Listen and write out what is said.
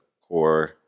core